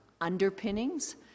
underpinnings